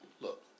look